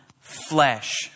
flesh